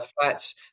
flats